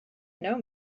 know